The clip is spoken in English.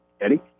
Eddie